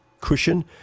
cushion